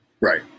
Right